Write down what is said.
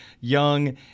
Young